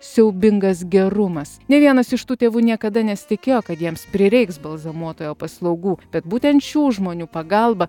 siaubingas gerumas nė vienas iš tų tėvų niekada nesitikėjo kad jiems prireiks balzamuotojo paslaugų bet būtent šių žmonių pagalba